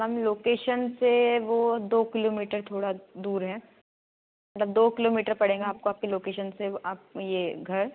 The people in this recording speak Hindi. मैम लोकेशन से वो दो किलोमीटर थोड़ा दूर है मतलब दो किलोमीटर पड़ेगा आपको आपकी लोकेशन से आप ये घर